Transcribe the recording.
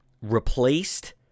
replaced